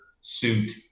suit